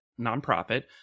nonprofit